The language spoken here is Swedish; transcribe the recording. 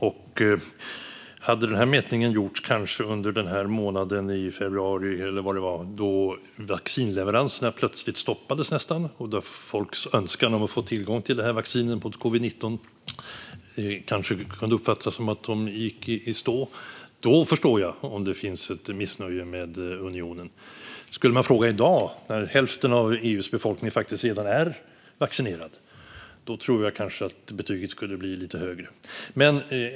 Om mätningen gjordes under den månad - februari eller när det nu var - då folks önskan om att få tillgång till vaccinet mot covid-19 var stark men då vaccinleveranserna nästan stoppades och kunde uppfattas som att de gick i stå förstår jag att det fanns ett missnöje med unionen. Men om man skulle fråga i dag, när hälften av EU:s befolkning faktiskt redan är vaccinerad, tror jag att betyget skulle bli lite högre.